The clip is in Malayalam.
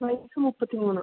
വയസ്സ് മുപ്പത്തി മൂന്ന്